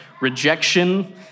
rejection